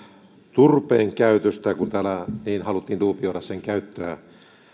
turpeen käytöstä kun täällä niin haluttiin duubioida sen käyttöä